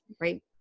Right